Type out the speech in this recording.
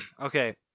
Okay